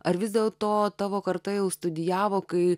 ar vis dėl to tavo karta jau studijavo kai